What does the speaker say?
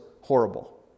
horrible